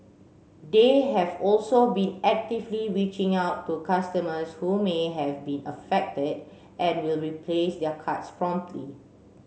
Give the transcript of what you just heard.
they have also been actively reaching out to customers who may have been affected and will replace their cards promptly